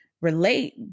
relate